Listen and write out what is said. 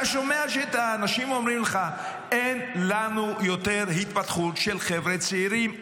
אתה שומע את האנשים אומרים לך: אין לנו יותר התפתחות של חבר'ה צעירים,